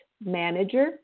MANAGER